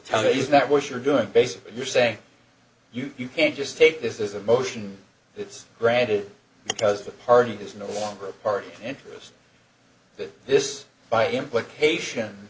tell you that what you're doing basically you're saying you can't just take this is a motion it's granted because the party is no longer a party interest that this by implication